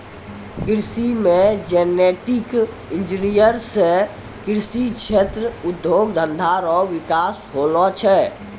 कृषि मे genetic engineer से कृषि क्षेत्र उद्योग धंधा रो विकास होलो छै